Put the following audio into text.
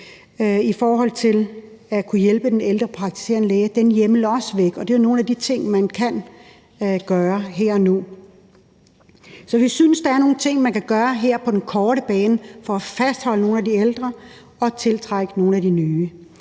i forhold til at kunne hjælpe den ældre praktiserende læge. Den hjemmel er også væk. Og det er nogle af de ting, man kan gøre her og nu. Så vi synes, der er nogle ting, man kan gøre her på den korte bane for at fastholde nogle af de ældre og tiltrække nogle af de nye.